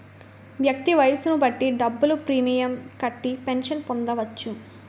వ్యక్తి వయస్సును బట్టి డబ్బులు ప్రీమియం కట్టి పెన్షన్ పొందవచ్చు